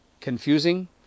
confusing